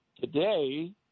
Today